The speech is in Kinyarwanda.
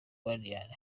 guardian